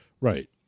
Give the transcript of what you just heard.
Right